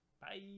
Bye